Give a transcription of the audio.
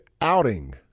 outing